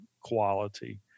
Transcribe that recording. quality